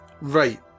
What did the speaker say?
right